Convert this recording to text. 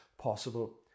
possible